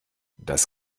das